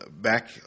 back